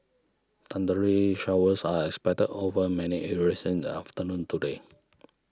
thundery showers are expected over many areas in the afternoon today